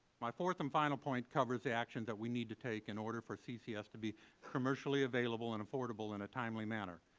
my fourth and final point covers the action that we need to take in order for ccs to be commercially available and affordable in a timely manner.